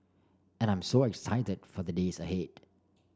and I'm so excited for the days ahead